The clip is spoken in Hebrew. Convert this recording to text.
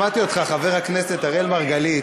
שמעתי אותך, חבר הכנסת אראל מרגלית,